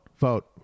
vote